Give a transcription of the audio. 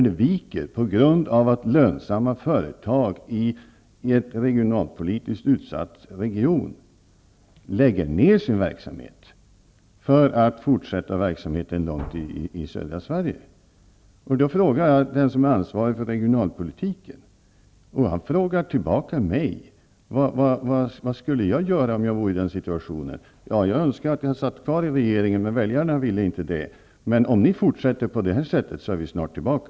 Den viker på grund av att lönsamma företag i en regionalpolitiskt utsatt region lägger ner verksamheten för att fortsätta den i södra Sverige. Jag ställer den frågan till den som är ansvarig för regionalpolitiken, och han frågar då mig vad jag skulle göra i den situationen! Ja, jag önskar att jag satt kvar i regeringen, men väljarna ville inte det. Men om ni fortsätter på det här sättet är vi snart tillbaka.